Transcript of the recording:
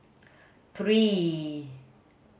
three